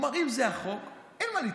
הוא אמר: אם זה החוק, אין מה להתחכם.